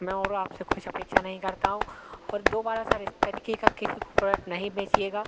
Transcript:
मैं और आपसे कुछ अपेक्षा नहीं करता हूँ और दोबारा सर इस तरीक़े का किसी को प्रोडक्ट नहीं बेचिएगा